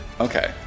Okay